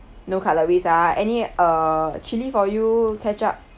no cutleries ah any uh chili for you ketchup